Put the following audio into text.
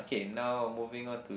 K now moving on to